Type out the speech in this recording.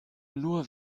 nur